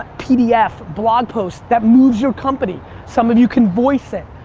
pdf, blog post, that moves your company. some of you can voice it.